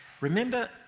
Remember